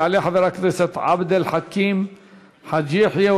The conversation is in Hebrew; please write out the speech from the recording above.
יעלה חבר הכנסת עבד אל חכים חאג' יחיא,